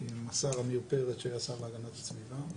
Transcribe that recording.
השר אמיר פרץ שהיה השר להגנת הסביבה,